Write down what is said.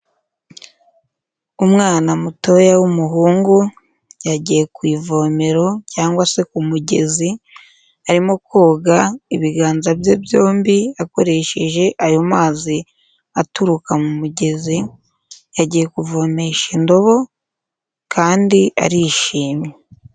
Umwana mutoya w'umuhungu yagiye ku ivomero cyangwa se ku mugezi arimo koga ibiganza bye byombi akoresheje ayo mazi aturuka mu mugezi, yagiye kuvomesha indobo kandi arishimye.